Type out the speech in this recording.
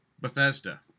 Bethesda